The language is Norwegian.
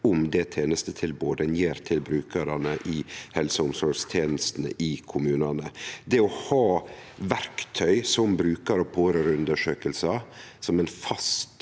om tenestetilbodet ein gjev til brukarane i helse- og omsorgstenestene i kommunane. Det å ha verktøy som brukar- og pårørandeundersøkingar som ein fast